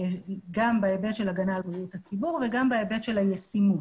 גם בהיבט של הגנה על בריאות הציבור וגם בהיבט של הישימות,